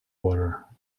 water